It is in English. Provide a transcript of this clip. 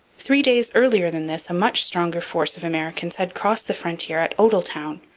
three days earlier than this a much stronger force of americans had crossed the frontier at odelltown,